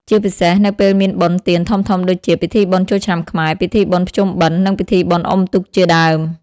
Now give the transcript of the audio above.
ជាពិសេសនៅពេលមានបុណ្យទានធំៗដូចជា ពិធីបុណ្យចូលឆ្នាំខ្មែរ ពិធីបុណ្យភ្ជុំបិណ្ឌ និង ពិធីបុណ្យអុំទូក ជាដើម។